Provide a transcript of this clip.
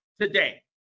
today